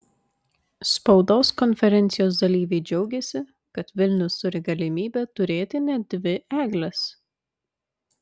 spaudos konferencijos dalyviai džiaugėsi kad vilnius turi galimybę turėti net dvi egles